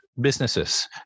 businesses